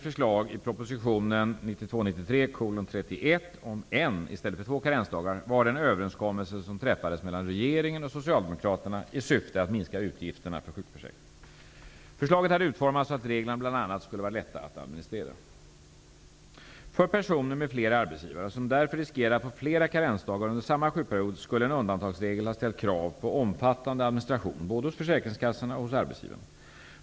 För personer med flera arbetsgivare, och som därför riskerar att få flera karensdagar under samma sjukperiod, skulle en undantagsregel ha ställt krav på omfattande administration både hos försäkringskassorna och hos arbetsgivarna.